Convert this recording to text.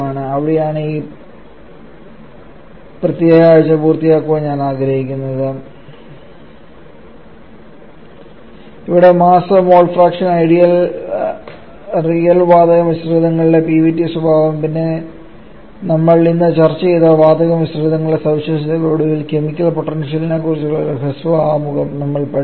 അവിടെയാണ് ഈ പ്രത്യേക ആഴ്ച പൂർത്തിയാക്കാൻ ഞാൻ ആഗ്രഹിക്കുന്നത് ഇവിടെ mass mole fraction ideal real വാതക മിശ്രിതങ്ങളുടെ P v T സ്വഭാവം പിന്നെ നമ്മൾ ഇന്ന് ചർച്ച ചെയ്ത വാതക മിശ്രിതങ്ങളുടെ സവിശേഷതകൾ ഒടുവിൽ കെമിക്കൽ പൊട്ടൻഷ്യൽനെ ക്കുറിച്ചുള്ള ഒരു ഹ്രസ്വ ആമുഖം നമ്മൾ പഠിച്ചു